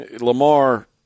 Lamar